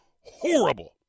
horrible